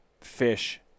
fish